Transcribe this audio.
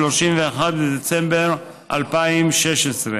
31 בדצמבר 2016,